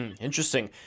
Interesting